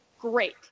great